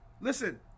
Listen